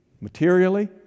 Materially